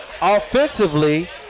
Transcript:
Offensively